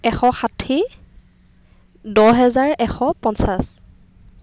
এশ ষাঠি দহ হেজাৰ এশ পঞ্চাছ